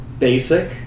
basic